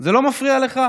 זה לא מפריע לך?